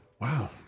Wow